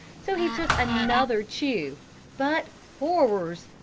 so he took another chew but, horrors!